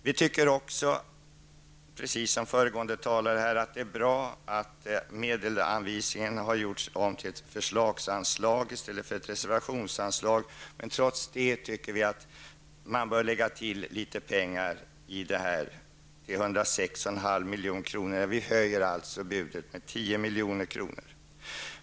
Vi tycker också, precis som föregående talare, att det är bra att medelsanvisningen har gjorts om till ett förslagsanslag i stället för ett reservationsanslag. Trots det tycker vi att man bör lägga till litet pengar. Det är fråga om 106,5 milj.kr. Vi höjer alltså budet med 10 milj.kr.